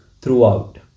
throughout